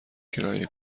کرایه